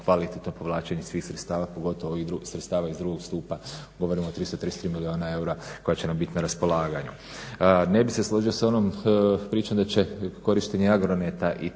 kvalitetno povlačenje svih sredstava pogotovo ovih drugih sredstava iz drugog stupa, govorim o 333 milijuna eura koja će nam biti na raspolaganju. Ne bih se složio s onom pričom da će korištenje Agroneta